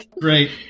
Great